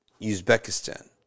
Uzbekistan